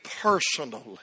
personally